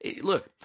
look